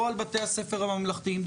לא על בתי הספר הממלכתיים-דתיים,